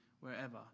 wherever